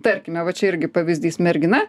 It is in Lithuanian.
tarkime va čia irgi pavyzdys mergina